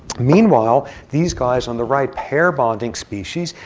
meanwhile, these guys on the right, pair bonding species.